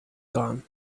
gone